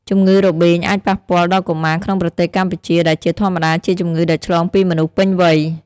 ជំងឺរបេងអាចប៉ះពាល់ដល់កុមារក្នុងប្រទេសកម្ពុជា ដែលជាធម្មតាជាជម្ងឺដែលឆ្លងពីមនុស្សពេញវ័យ។